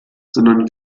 sondern